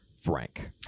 frank